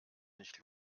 nicht